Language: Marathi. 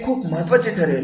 हे खूप महत्त्वाचे ठरेल